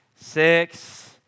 six